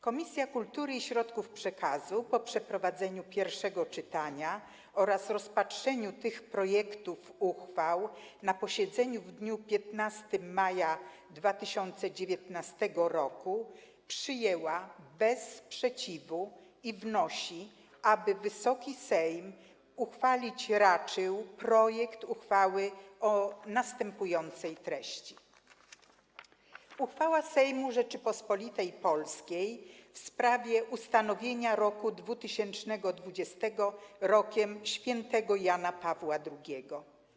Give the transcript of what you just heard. Komisja Kultury i Środków Przekazu po przeprowadzeniu pierwszego czytania oraz rozpatrzeniu tych projektów uchwał na posiedzeniu w dniu 15 maja 2019 r. przyjęła to bez sprzeciwu i wnosi, aby Wysoki Sejm uchwalić raczył projekt uchwały o następującej treści: „Uchwała Sejmu Rzeczypospolitej Polskiej w sprawie ustanowienia roku 2020 Rokiem Świętego Jana Pawła II.